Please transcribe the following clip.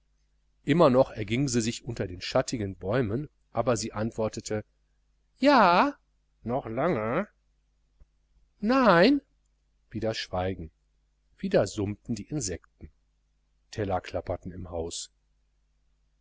immer noch erging sie sich unter den schattigen bäumen aber sie antwortete ja noch lange nein wieder schweigen wieder summten die insekten teller klapperten im haus